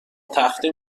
تخته